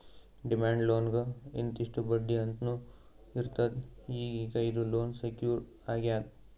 demand ಲೋನ್ಗ್ ಇಂತಿಷ್ಟ್ ಬಡ್ಡಿ ಅಂತ್ನೂ ಇರ್ತದ್ ಈಗೀಗ ಇದು ಲೋನ್ ಸೆಕ್ಯೂರ್ ಆಗ್ಯಾದ್